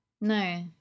No